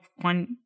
one